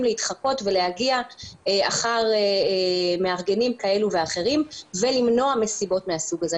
להתחקות ולהגיע אחר מארגנים כאלו ואחרים ולמנוע מסיבות מהסוג הזה.